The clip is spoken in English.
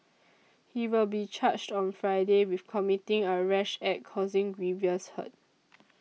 he will be charged on Friday with committing a rash act causing grievous hurt